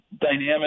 dynamic